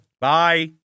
Bye